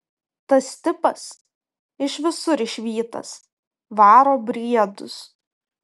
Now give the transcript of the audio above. tas tipas iš visur išvytas varo briedus